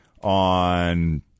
on